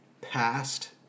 past